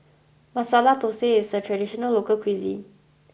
masala thosai is a traditional local cuisine